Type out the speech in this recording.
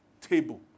table